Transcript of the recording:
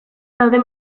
dauden